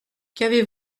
qu’avez